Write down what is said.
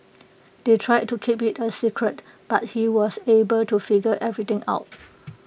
they tried to keep IT A secret but he was able to figure everything out